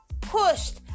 pushed